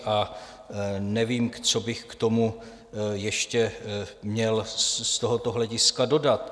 A nevím, co bych k tomu ještě měl z tohoto hlediska dodat.